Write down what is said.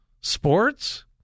sports